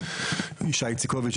ישי איציקוביץ',